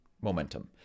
momentum